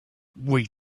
wait